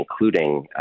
including